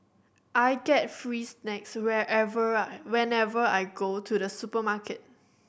I get free snacks whenever I whenever I go to the supermarket